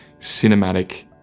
cinematic